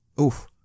oof